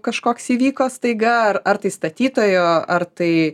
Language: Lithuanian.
kažkoks įvyko staiga ar ar tai statytojo ar tai